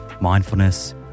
mindfulness